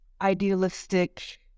idealistic